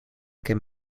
can